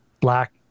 black